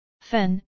Fen